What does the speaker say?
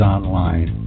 Online